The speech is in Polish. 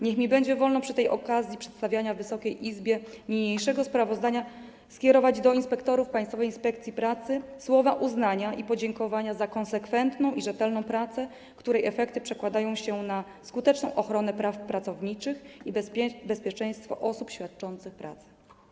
Niech mi będzie wolno przy okazji przedstawiania Wysokiej Izbie niniejszego sprawozdania skierować do inspektorów Państwowej Inspekcji Pracy słowa uznania i podziękowania za konsekwentną i rzetelną pracę, której efekty przekładają się na skuteczną ochronę praw pracowniczych i bezpieczeństwo osób świadczących pracę.